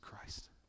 Christ